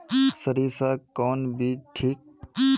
सरीसा कौन बीज ठिक?